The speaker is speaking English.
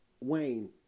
Wayne